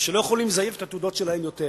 ולא יכולים לזייף את התעודות שלהם יותר,